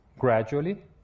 Gradually